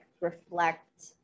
reflect